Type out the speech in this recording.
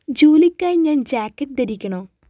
ജോലിക്കായി ഞാൻ ജാക്കറ്റ് ധരിക്കണോ